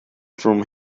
from